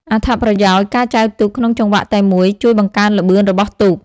អត្ថប្រយោជន៍ ការចែវទូកក្នុងចង្វាក់តែមួយជួយ បង្កើនល្បឿន របស់ទូក។